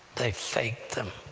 they fake them!